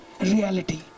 reality